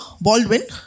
Baldwin